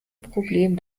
problem